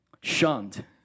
shunned